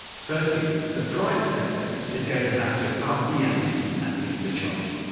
firstly, the private sector is going to have to up the ante and lead the charge.